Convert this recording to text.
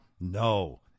No